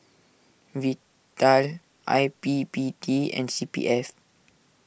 Vital I P P T and C P F